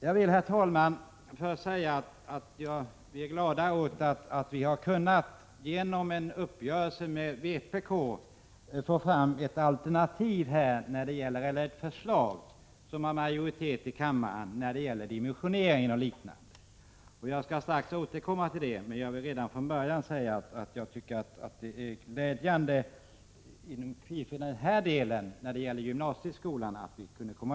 Jag vill, herr talman, först säga att vi är glada åt att genom en uppgörelse med vpk ha kunnat få fram ett alternativt förslag som har majoritet i kammaren när det gäller dimensionering och liknande. Jag skall strax återkomma till det, men jag vill redan från början säga att jag tycker det är glädjande att vi kunde komma överens i den del som gäller gymnasieskolan.